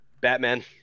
Batman